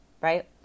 Right